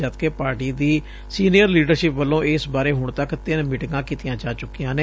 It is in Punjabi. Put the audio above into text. ਜਦਕਿ ਪਾਰਟੀ ਦੀ ਸੀਨੀਅਰ ਲੀਡਰਸ਼ਿਪ ਵਲੋਂ ਇਸ ਬਾਰੇ ਹੁਣ ਤੱਕ ਤਿੰਨ ਮੌਟਿੰਗਾਂ ਕੀਤੀਆਂ ਜਾ ਚੁੱਕੀਆਂ ਨੇ